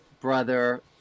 brother